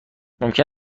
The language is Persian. ممکن